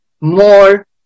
more